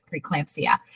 preeclampsia